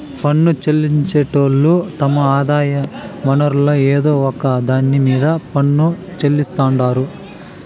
పన్ను చెల్లించేటోళ్లు తమ ఆదాయ వనరుల్ల ఏదో ఒక దాన్ని మీద పన్ను చెల్లిస్తాండారు